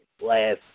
last